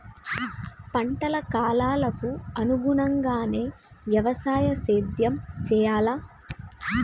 పంటల కాలాలకు అనుగుణంగానే వ్యవసాయ సేద్యం చెయ్యాలా?